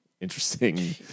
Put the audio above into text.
interesting